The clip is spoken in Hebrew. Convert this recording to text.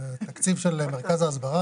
התקציב של מרכז ההסברה,